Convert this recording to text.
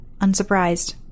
unsurprised